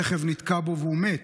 רכב נתקע בו והוא מת.